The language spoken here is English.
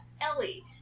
Ellie